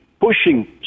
pushing